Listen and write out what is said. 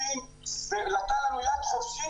נתנו לנו יד חופשית.